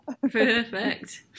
Perfect